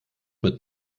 mit